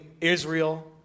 Israel